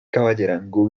caballerango